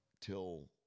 till